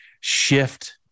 shift